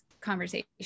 conversation